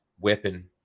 weapon